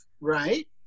right